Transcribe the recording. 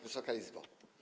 Wysoka Izbo!